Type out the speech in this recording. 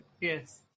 Yes